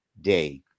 day